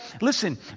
listen